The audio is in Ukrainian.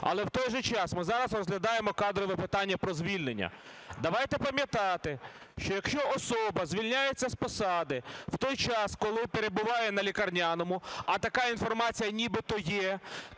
Але в той же час ми зараз розглядаємо кадрове питання про звільнення. Давайте пам'ятати, що якщо особа звільняється з посади в той час, коли перебуває на лікарняному, а така інформація нібито є,